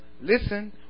listen